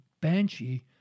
banshee